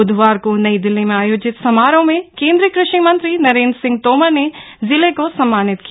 बुधवार को नई दिल्ली में आयोजित समारोह में केन्द्रीय कृषि मंत्री नरेन्द्र सिंह तोमर ने जिले को सम्मानित किया